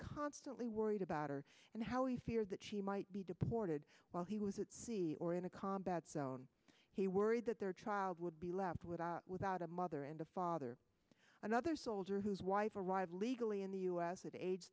constantly worried about her and how he feared that she might be deported while he was at sea or in a combat zone he worried that their child would be left without without a mother and a father another soldier whose wife arrived legally in the u s at age